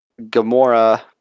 Gamora